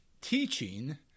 teaching